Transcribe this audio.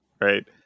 right